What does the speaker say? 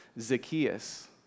Zacchaeus